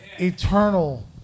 eternal